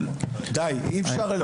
אי אפשר.